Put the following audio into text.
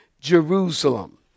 Jerusalem